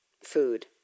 food